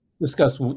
discuss